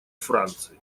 франции